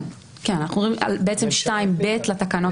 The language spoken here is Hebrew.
כן, בעצם 2ב לתקנות